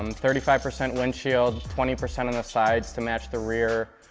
um thirty five percent windshield, twenty percent on the sides to match the rear.